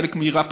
חלק מהירה פחות.